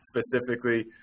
specifically